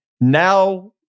Now